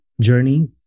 journey